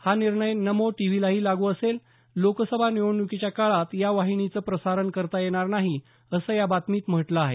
हा निर्णय नमो टीव्हीलाही लागू असेल लोकसभा निवडणुकीच्या काळात या वाहिनीचं प्रसारण करता येणार नाही असं या बातमीत म्हटलं आहे